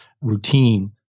routine